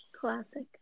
classic